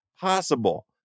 possible